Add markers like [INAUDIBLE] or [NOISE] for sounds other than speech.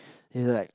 [NOISE] either like